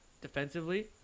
defensively